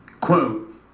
quote